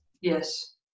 Yes